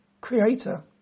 creator